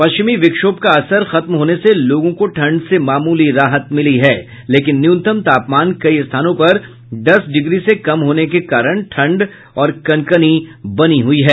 पश्चिमी विक्षोभ का असर खत्म होने से लोगों को ठंड से मामूली राहत मिली है लेकिन न्यूनतम तापमान कई स्थानों पर दस डिग्री से कम होने के कारण ठंड और कनकनी बनी हुयी है